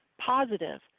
positive